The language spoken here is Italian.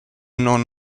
non